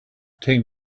take